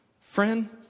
Friend